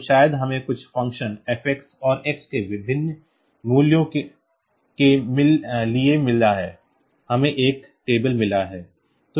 तो शायद हमें कुछ फ़ंक्शन f और x के विभिन्न मूल्यों के लिए मिला है हमें एक टेबल मिला है